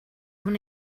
una